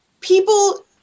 people